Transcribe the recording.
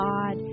God